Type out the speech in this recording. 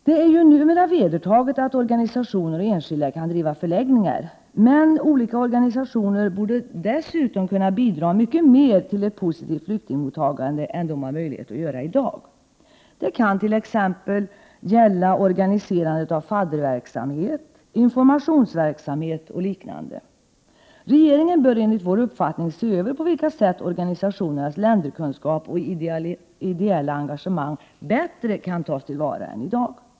Det är ju numera vedertaget att organisationer och enskilda kan driva förläggningar, men olika organisationer borde dessutom kunna bidra mycket mera till ett positivt flyktingmottagande än de har möjlighet att göra i dag. Det kan bl.a. gälla organiserandet av fadderverksamhet, informationsverksamhet och liknande. Regeringen bör enligt vår uppfattning se över på vilka sätt organisationernas länderkunskap och ideella engagemang bättre kan tas till vara än i dag.